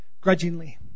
grudgingly